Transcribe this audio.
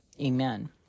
amen